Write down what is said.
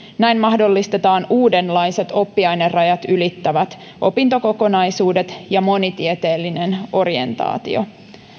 näin mahdollistetaan uudenlaiset oppiainerajat ylittävät opintokokonaisuudet ja monitieteellinen orientaatio